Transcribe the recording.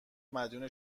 مدیون